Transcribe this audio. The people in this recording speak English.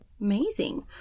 Amazing